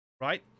right